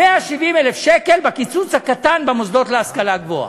170,000 שקל בקיצוץ הקטן במוסדות להשכלה גבוהה.